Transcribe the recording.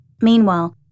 Meanwhile